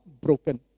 broken